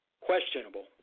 questionable